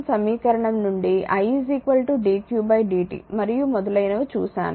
1 సమీకరణం నుండి I dq dt మరియు మొదలైనవి చూశాను